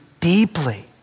deeply